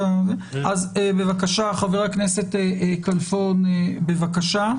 חבר הכנסת כלפון, בבקשה.